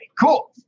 Cool